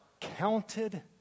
counted